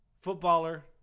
footballer